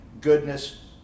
goodness